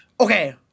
Okay